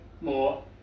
more